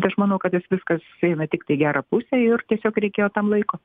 tai aš manau kad viskas eina tiktai į gerą pusę ir tiesiog reikėjo tam laiko